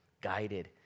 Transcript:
guided